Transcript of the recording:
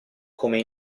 come